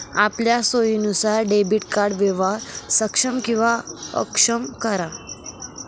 आपलया सोयीनुसार debit card व्यवहार सक्षम किंवा अक्षम करा